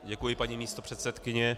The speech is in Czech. Děkuji, paní místopředsedkyně.